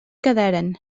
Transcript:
quedaren